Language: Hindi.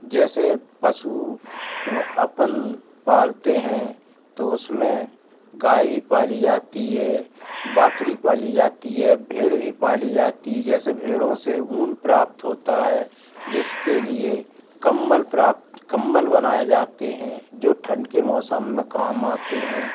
जैसे पशु अपन पालते हैं तो उसमें गाय भी पाली जाती है बकरी पाली जाती है भेड़ भी पाली जाती है जैसे भेड़ों से ऊन प्राप्त होता है जिसके लिए कंबल प्राप्त कंबल बनाए जाते हैं जो ठंड के मौसम में काम आते हैं